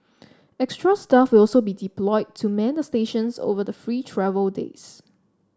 extra staff will also be deployed to man the stations over the free travel days